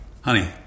Honey